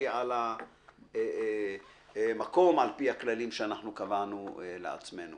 על המקום על פי הכללים שקבענו לעצמנו".